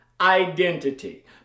identity